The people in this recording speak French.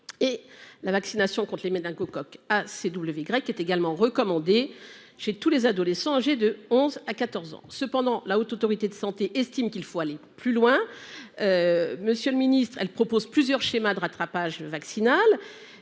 La vaccination contre les méningocoques ACWY est également recommandée pour tous les adolescents âgés de 11 à 14 ans. Cependant, la Haute Autorité de santé estime qu’il faut aller plus loin. Elle propose plusieurs schémas de rattrapage vaccinal.